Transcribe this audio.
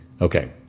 Okay